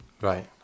Right